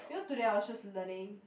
you know today I was just learning